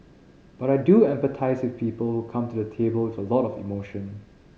but I do empathise with people who come to the table with a lot of emotion